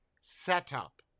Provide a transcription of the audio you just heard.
Setup